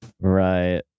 Right